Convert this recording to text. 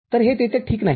तर हे तिथे ठीक नाही